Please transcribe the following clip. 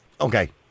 Okay